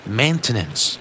maintenance